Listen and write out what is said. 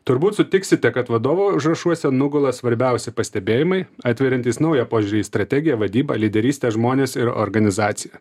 turbūt sutiksite kad vadovo užrašuose nugula svarbiausi pastebėjimai atveriantys naują požiūrį į strategiją vadybą lyderystę žmones ir organizaciją